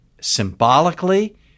symbolically